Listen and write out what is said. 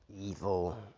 evil